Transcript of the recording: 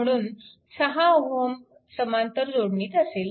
म्हणून हा 6 Ω समांतर जोडणीत असेल